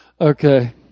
Okay